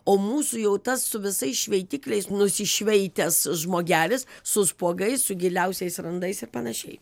o mūsų jau tas su visais šveitikliais nusišveitęs žmogelis su spuogais su giliausiais randais ir panašiai